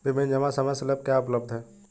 विभिन्न जमा समय स्लैब क्या उपलब्ध हैं?